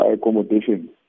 accommodation